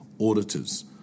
auditors